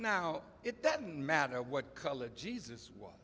now it doesn't matter what color jesus w